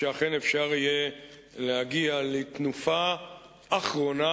שאכן אפשר יהיה להגיע לתנופה אחרונה,